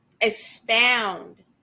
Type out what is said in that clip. expound